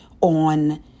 on